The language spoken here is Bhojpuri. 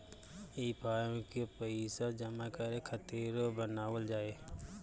ई फारम के पइसा जमा करे खातिरो बनावल जाए